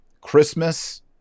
Christmas